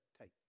take